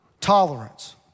tolerance